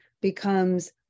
becomes